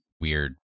weird